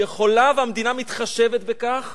היא יכולה, והמדינה מתחשבת בכך